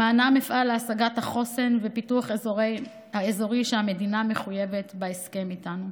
למענם אפעל להשגת החוסן והפיתוח האזורי שהמדינה מחויבת בהסכם איתנו.